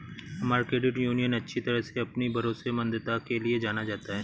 हमारा credit union अच्छी तरह से अपनी भरोसेमंदता के लिए जाना जाता है